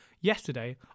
Yesterday